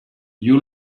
you